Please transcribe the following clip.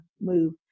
move